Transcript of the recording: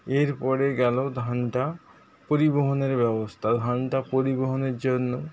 এর পরে গেলো ধানটা পরিবহনের ব্যবস্থা ধানটা পরিবহনের জন্য